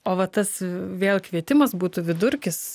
o va tas vėl kvietimas būtų vidurkis